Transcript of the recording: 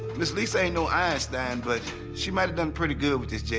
miss lesa ain't no einstein, but she might have done pretty good with this jfk.